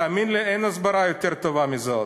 תאמין לי, אין הסברה יותר טובה מזו.